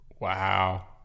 Wow